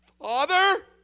Father